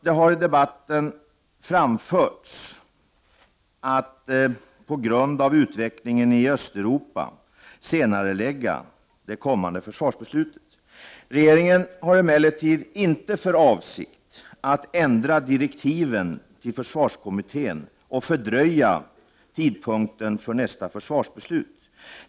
Det har i debatten anförts att man på grund av utvecklingen i Östeuropa skulle kunna senarelägga det kommande försvarsbeslutet. Regeringen har emellertid inte för avsikt att ändra direktiven till försvarskommittén och fördröja tidpunkten för nästa försvarsbeslut.